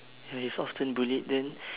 ya he's often bullied then